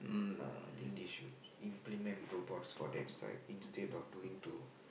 ah I think they should implement robots for that site instead doing to